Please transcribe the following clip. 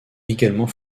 également